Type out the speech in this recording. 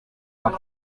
vingt